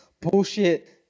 bullshit